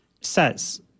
says